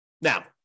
Now